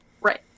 Right